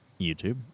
YouTube